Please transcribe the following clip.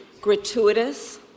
gratuitous